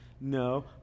No